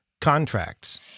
contracts